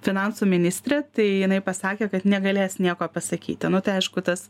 finansų ministrę tai jinai pasakė kad negalės nieko pasakyti nu tai aišku tas